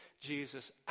Jesus